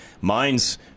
Mine's